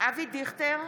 אבי דיכטר,